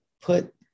put